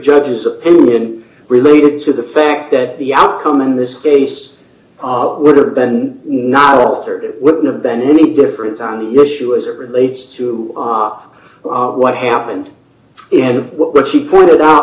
judge's opinion related to the fact that the outcome in this case would have been not altered it wouldn't have been any difference on the issue as it relates to the op what happened and what she quoted